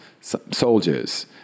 soldiers